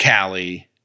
Callie